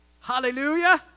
Hallelujah